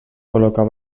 col·locar